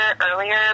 earlier